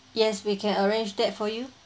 yes we can arrange that for you